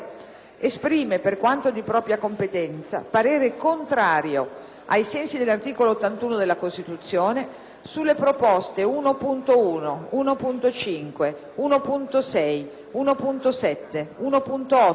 esprime, per quanto di propria competenza, parere contrario, ai sensi dell'articolo 81 della Costituzione, sulle proposte 1.1, 1.5, 1.6, 1.7, 1.8,